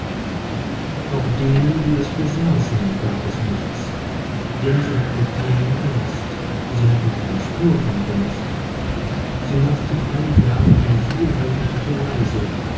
auch denen die es besaßen gab es nichts denn sie hatten keinen geist sie hatten keine spur von geist sie machten alle jahre eine vierwöchentliche reise